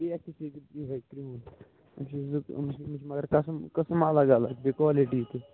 یِہوٚے کرہُن مگر کَسم قٕسٕم الگ الگ بیٚیہِ کالِٹی تہِ